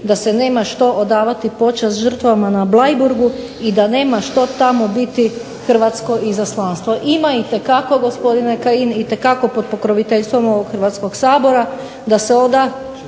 da se nema što odavati počast žrtvama na Bleiburgu, i da nema što tamo biti hrvatsko izaslanstvo. Ima itekako gospodine Kajin, itekako pod pokroviteljstvom ovog Hrvatskog sabora, da se oda